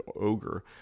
ogre